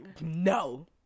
No